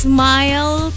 Smile